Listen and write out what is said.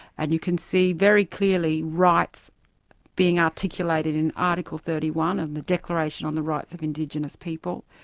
and you can see very clearly rights being articulated in article thirty one of the declaration on the rights of indigenous people.